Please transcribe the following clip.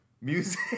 music